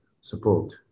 support